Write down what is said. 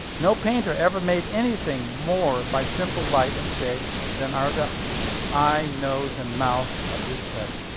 no painter ever made anything more by simple light and shade than are the eyes, nose, and mouth of this head.